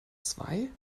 zwei